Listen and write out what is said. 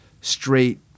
straight